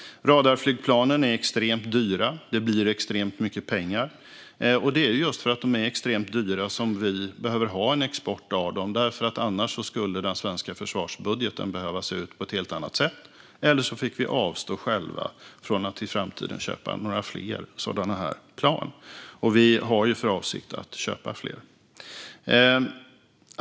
Radarspaningsflygplanen är extremt dyra. Det blir extremt mycket pengar, och det är just för att de är extremt dyra som vi behöver ha en export av dem, för annars skulle den svenska försvarsbudgeten behöva se ut på ett helt annat sätt. Eller så får vi själva avstå från att i framtiden köpa fler sådana här plan - och vi har ju för avsikt att köpa fler.